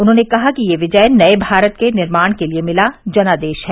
उन्होंने कहा कि यह विजय नये भारत के निर्माण के लिए मिला जनादेश है